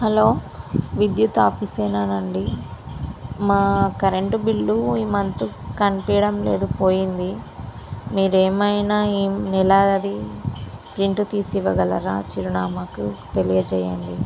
hello విద్యుత్ ఆఫీసేనాండి మా కరెంటు బిల్లు ఈ మంత్ కనిపించడం లేదు పోయింది మీరేమైనా ఈ నెలది ప్రింటు తీసి ఇవ్వగలరా చిరునామాకు తెలియజేయండి